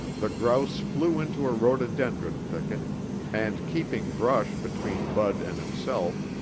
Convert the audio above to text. the grouse flew into a rhododendron thicket and, keeping brush between bud and himself,